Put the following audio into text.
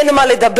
אין מה לדבר,